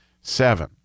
seven